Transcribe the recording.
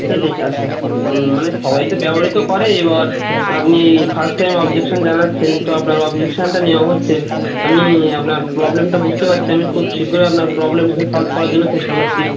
ছেচল্লিশ আচ্ছা মানে সবাই তো ব্যবহৃত করে এবার আপনি ফার্স্ট টাইম অবজেকশান জানাচ্ছেন তো আপনার অবজেকশনটা নেওয়া হচ্ছে আমি আপনার প্রবলেমটা বুঝতে পারছি আমি খুব শীঘ্রই আপনার প্রবলেমটা সলভ করার জন্য চেষ্টা করছি